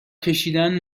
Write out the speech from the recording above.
کشیدن